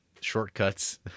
shortcuts